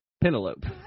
Penelope